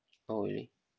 oh really